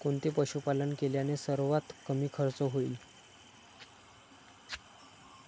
कोणते पशुपालन केल्याने सर्वात कमी खर्च होईल?